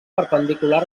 perpendicular